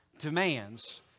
Demands